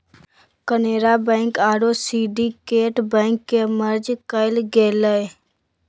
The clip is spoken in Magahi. केनरा बैंक आरो सिंडिकेट बैंक के मर्ज कइल गेलय